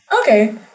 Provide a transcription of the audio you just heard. Okay